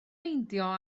meindio